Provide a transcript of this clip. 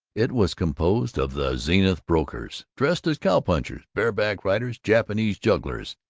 it was composed of the zenith brokers, dressed as cowpunchers, bareback riders, japanese jugglers.